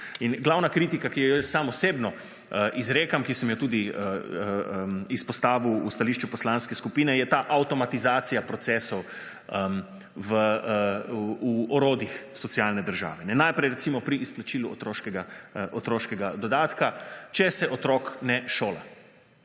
In glavna kritika, ki jo jaz sam osebno izrekam, ki sem jo tudi izpostavil v stališču Poslanske skupine, je ta avtomatizacija procesov v orodjih socialne države. Najprej pri izplačilu otroškega dodatka, če se otrok ne šola.